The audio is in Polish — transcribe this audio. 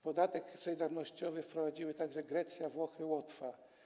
Podatek solidarnościowy wprowadziły także Grecja, Włochy, Łotwa.